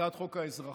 הצעת חוק האזרחות,